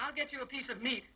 i'll get you a piece of meat